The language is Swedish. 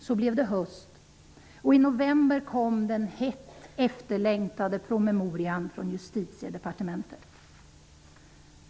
Så blev det höst, och i november kom den hett efterlängtade promemorian från Justitiedepartementet.